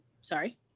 sorry